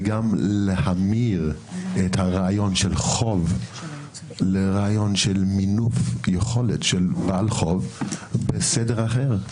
וגם להמיר את הרעיון של חוב לרעיון של מינוף יכולת של בעל חוב בסדר אחר.